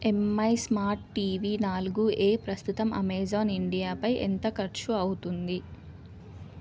MI smart TV నాలుగు A ప్రస్తుతం Amazon ఇండియాపై ఎంత ఖర్చు అవుతుంది